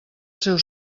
seu